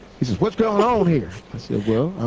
he says, what's goin' on, here? i said, well,